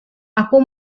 aku